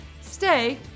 stay